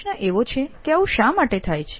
પ્રશ્ન એવો છે કે આવું શા માટે થાય છે